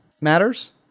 matters